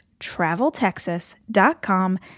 traveltexas.com